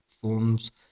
forms